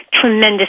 Tremendous